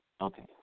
Okay